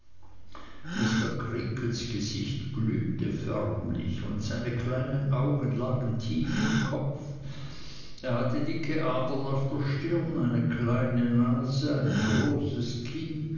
mr creakles gesicht glühte förmlich und seine kleinen augen lagen tief im kopf er hatte dicke adern auf der stirn eine kleine nase ein großes kinn